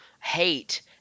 hate